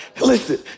Listen